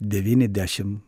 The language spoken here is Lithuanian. devyni dešim